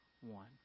one